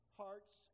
hearts